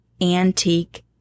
antique